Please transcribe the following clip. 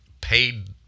paid